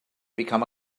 become